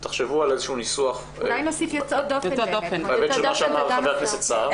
תחשבו על איזשהו ניסוח בהיבט של מה שאמר חבר הכנסת סער.